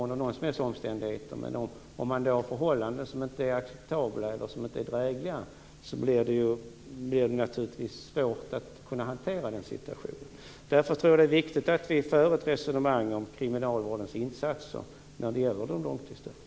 Under icke-acceptabla förhållanden blir det svårt att hantera en sådan situation. Därför är det viktigt att föra ett resonemang om kriminalvårdens insatser för de långtidsdömda.